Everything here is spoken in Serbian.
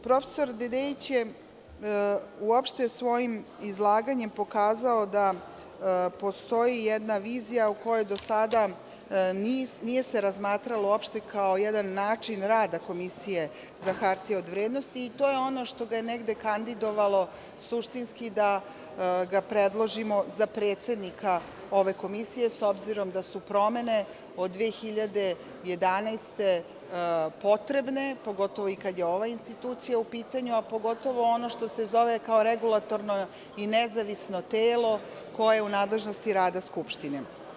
Profesor Dedeić je uopšte svojim izlaganje pokazao da postoji jedna vizija u kojoj do sada se uopšte nije razmatralo, kao jedan način rada Komisije za hartije od vrednosti, i to je ono što ga je negde kandidovalo suštinski da ga predložimo za predsednika ove komisije, s obzirom da su promene od 2011. godine potrebne, pogotovo kada je ova institucija u pitanju, a pogotovo ono što se zove kao regulatorno i nezavisno telo koje je u nadležnosti rada Skupštine.